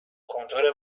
کنتور